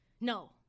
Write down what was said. No